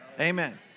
Amen